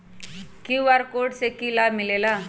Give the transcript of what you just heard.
QR code से कि कि लाव मिलेला?